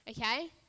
okay